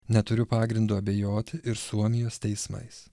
neturiu pagrindo abejoti ir suomijos teismais